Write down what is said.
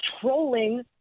trolling